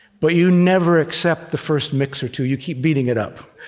but you never accept the first mix or two. you keep beating it up.